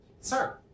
Sir